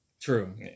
True